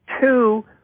two